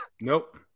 Nope